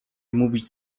mówić